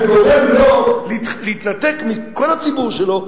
מה קושר ביניהם וגורם לו להתנתק מכל הציבור שלו,